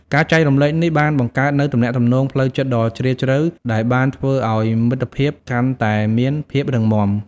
ការចែករំលែកនេះបានបង្កើតនូវទំនាក់ទំនងផ្លូវចិត្តដ៏ជ្រាលជ្រៅដែលបានធ្វើឲ្យមិត្តភាពកាន់តែមានភាពរឹងមាំ។